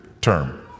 term